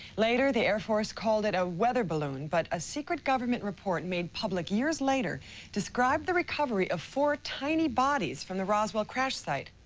later, the air force called it a weather balloon but a secretovernment report made public years later described the recovery of four tiny bodies from the roswell crash site,